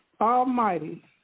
Almighty